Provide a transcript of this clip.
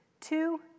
two